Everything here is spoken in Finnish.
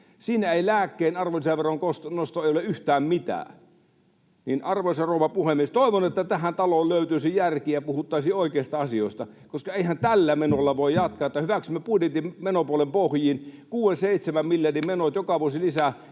Siinä ei lääkkeiden arvonlisäveron nosto ole yhtään mitään. Arvoisa rouva puhemies! Toivon, että tähän taloon löytyisi järki ja puhuttaisiin oikeista asioista, koska eihän tällä menolla voi jatkaa, että hyväksymme budjetin menopuolen pohjiin 6—7 miljardin menot [Puhemies